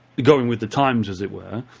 going with the times as it were.